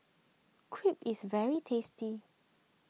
Crepe is very tasty